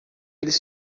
eles